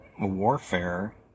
warfare